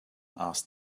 asked